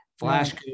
Flash